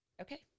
Okay